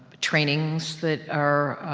trainings that are,